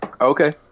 Okay